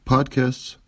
Podcasts